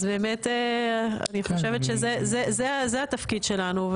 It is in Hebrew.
אז באמת אני חושבת שזה התפקיד שלנו,